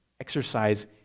exercise